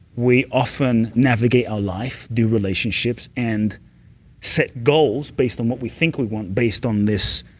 we often navigate our life, do relationships and set goals based on what we think we want based on this